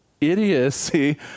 idiocy